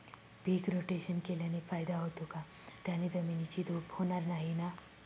पीक rotation केल्याने फायदा होतो का? त्याने जमिनीची धूप होणार नाही ना?